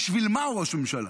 בשביל מה הוא ראש הממשלה?